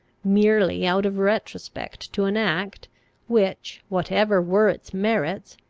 merely out of retrospect to an act which, whatever were its merits,